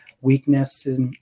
weaknesses